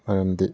ꯃꯔꯝꯗꯤ